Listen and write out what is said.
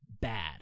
bad